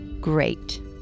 Great